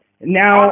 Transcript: Now